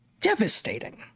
devastating